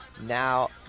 now